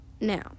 Now